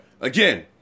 again